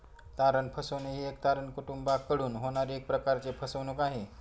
तारण फसवणूक ही तारण कुटूंबाकडून होणारी एक प्रकारची फसवणूक आहे